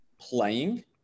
playing